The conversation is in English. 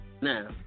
now